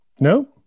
No